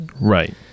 Right